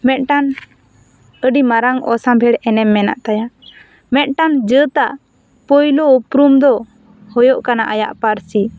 ᱢᱤᱫ ᱴᱟᱱ ᱟᱹᱰᱤ ᱢᱟᱨᱟᱝ ᱚᱥᱟᱢᱵᱷᱮᱲ ᱮᱱᱮᱢ ᱢᱮᱱᱟᱜ ᱛᱟᱭᱟ ᱢᱤᱫ ᱴᱮᱱ ᱡᱟᱹᱛᱟᱜ ᱯᱩᱭᱞᱩ ᱩᱯᱩᱨᱩᱢ ᱫᱚ ᱦᱩᱭᱩᱜ ᱠᱟᱱᱟ ᱟᱭᱟᱜ ᱯᱟᱹᱨᱥᱤ